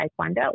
Taekwondo